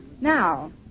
Now